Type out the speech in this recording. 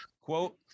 quote